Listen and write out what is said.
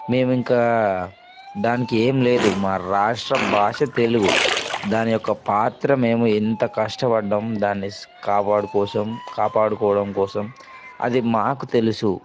మేము ఇంకా దానికి ఏం లేదు మా రాష్ట్ర భాష తెలుగు దాని యొక్క పాత్ర మేము ఎంత కష్టపడ్డాం దాన్ని కాపాడుకోసం కాపాడుకోవడం కోసం అది మాకు తెలుసు